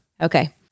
okay